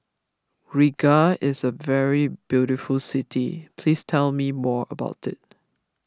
Riga is a very beautiful city please tell me more about it